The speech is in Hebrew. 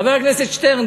חבר הכנסת שטרן,